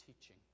teaching